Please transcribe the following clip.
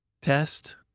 test